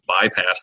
bypass